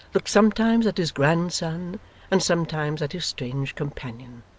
looked sometimes at his grandson and sometimes at his strange companion,